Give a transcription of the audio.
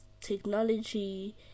technology